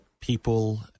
people